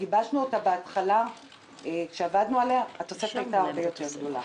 כשגיבשנו אותה היא הייתה הרבה יותר גדולה.